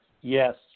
yes